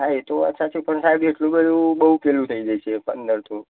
હા એ તો વાત સાચી પણ સાહેબ એટલું બધું બહું પેલું થઈ જશે પંદર તો